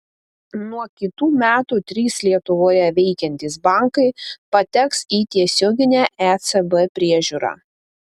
nuo kitų metų trys lietuvoje veikiantys bankai pateks į tiesioginę ecb priežiūrą